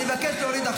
אני מבקש להוריד.